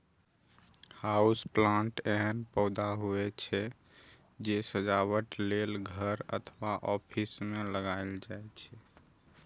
house plant एहन पौधा होइ छै, जे सजावट लेल घर अथवा ऑफिस मे लगाएल जाइ छै